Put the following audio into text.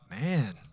Man